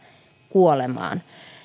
kuolemaan